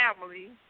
family